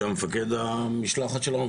שהיה מפקד המשלחת שלנו,